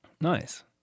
Nice